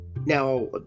Now